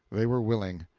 they were willing.